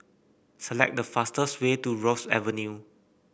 select the fastest way to Rosyth Avenue